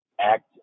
act